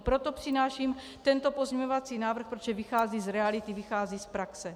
Proto přináším tento pozměňovací návrh, protože vychází z reality, vychází z praxe.